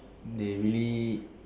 they really